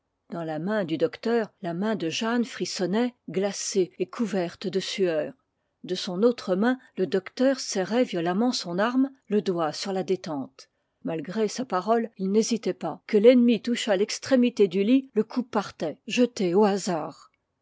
dans la main du docteur la main de jeanne frissonnait glacée et couverte de sueur de son autre main le docteur serrait violemment son arme le doigt sur la détente malgré sa parole il n'hésitait pas que l'ennemi touchât l'extrémité du lit le coup partait jeté au hasard